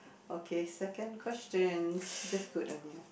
okay second questions just good only ah